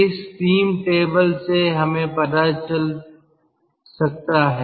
इस steam table से हमें पता चल सकता है